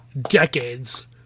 decades